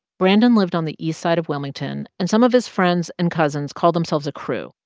brandon lived on the east side of wilmington. and some of his friends and cousins called themselves a crew,